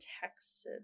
Texas